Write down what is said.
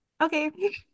okay